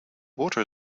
water